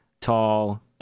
tall